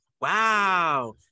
Wow